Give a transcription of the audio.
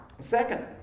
Second